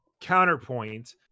Counterpoint